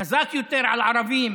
לא אישר, מי חזק יותר על ערבים,